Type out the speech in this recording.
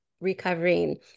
recovering